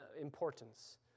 importance